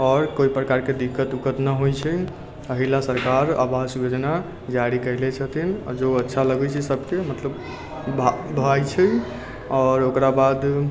आओर कोइ प्रकार के दिक्कत उक्कत न होइ छै एहि लए सरकार आवास योजना जारी कयले छथिन जो अच्छा लगै छै सभके मतलब भा भाइ छै आओर ओकरा बाद